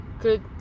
Good